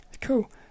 cool